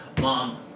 Mom